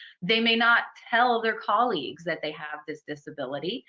they may not tell their colleagues that they have this disability,